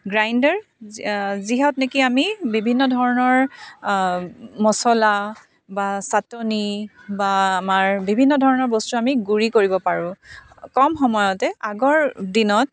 grinder যিহক নেকি আমি বিভিন্ন ধৰণৰ মচলা বা চাটনি বা আমাৰ বিভিন্ন ধৰণৰ বস্তু আমি গুড়ি কৰিব পাৰোঁ কম সময়তে আগৰ দিনত